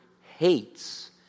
hates